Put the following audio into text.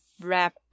wrap